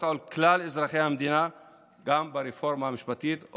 על כלל אזרחי המדינה גם ברפורמה המשפטית,